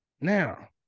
Now